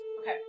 Okay